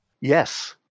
Yes